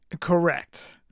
Correct